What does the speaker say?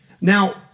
Now